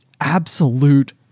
absolute